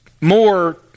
more